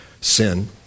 sin